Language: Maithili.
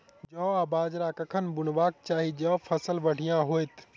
जौ आ बाजरा कखन बुनबाक चाहि जँ फसल बढ़िया होइत?